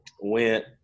went